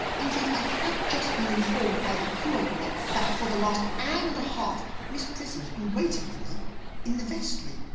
indeed, i have just been informed by the pew-opener that for the last hour and a half miss prism has been waiting for me in the vestry.